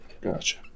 gotcha